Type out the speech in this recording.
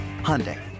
Hyundai